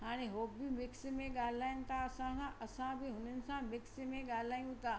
हाणे उहे बि मिक्स में ॻाल्हाइनि था असांखां असां बि हुननि सां मिक्स में ॻाल्हायूं था